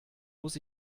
muss